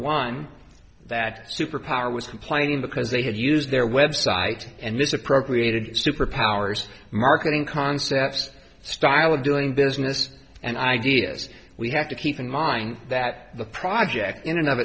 one that superpower was complaining because they had used their website and misappropriated superpowers marketing concepts style of doing business and ideas we have to keep in mind that the project in an